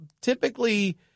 typically